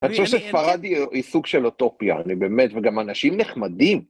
אני חושב שפרדי הוא סוג של אוטופיה, אני באמת, וגם אנשים נחמדים.